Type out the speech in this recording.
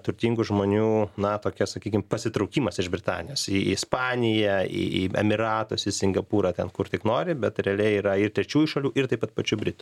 turtingų žmonių na tokia sakykime pasitraukimas iš britanijos į ispaniją į emyratus singapūrą ten kur tik nori bet realiai yra ir trečiųjų šalių ir taip pat pačių britų